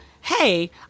hey